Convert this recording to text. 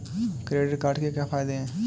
Credit card के क्या फायदे हैं?